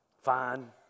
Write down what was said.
Fine